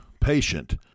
patient